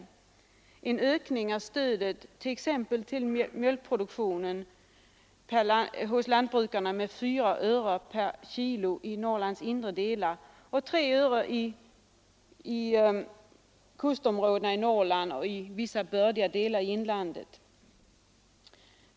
Förbättringen utgör en ökning av stödet t.ex. till mjölkproduktionen till lantbrukare med 4 öre kg i något sydligare delar av Norrland och ännu mindre i kustområdena i Norrland och vissa bördiga delar av inlandet.